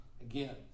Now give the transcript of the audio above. again